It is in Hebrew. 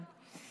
כן.